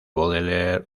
baudelaire